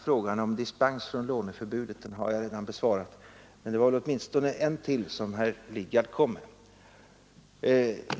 Frågan om dispens från låneförbudet har jag redan besvarat. Men det var åtminstone en till som herr Lidgard ställde.